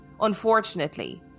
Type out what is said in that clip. Unfortunately